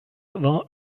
war